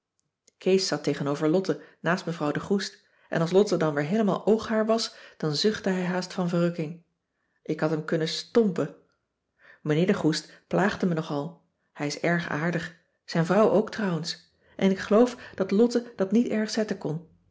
kees zat tegenover lotte naast mevrouw de groest en als lotte dan weer heelemaal ooghaar was dan zuchtte hij haast van verrukking ik had hem kunnen stompen mijnheer de groest plaagde me nogal hij is erg aardig zijn vrouw ook trouwens en ik geloof dat lotte dat niet erg zetten kon